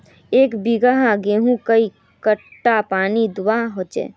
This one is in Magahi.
एक बिगहा गेँहूत कई घंटा पानी दुबा होचए?